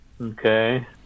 Okay